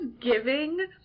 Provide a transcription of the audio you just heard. giving